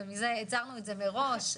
והצהרנו את זה מראש.